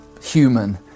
human